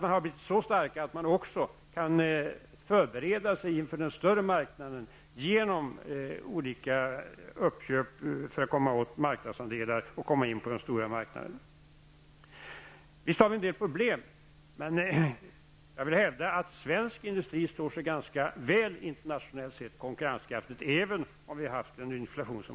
Man har blivit så stark att man också kan förbereda sig inför den stora marknaden genom olika uppköp för att komma åt marknadsandelar. Visst har vi en del problem, men jag vill hävda att svensk industri konkurrensmässigt står sig ganska väl internationellt sett, även om vi har haft en hög inflation.